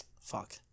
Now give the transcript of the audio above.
fuck